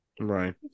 Right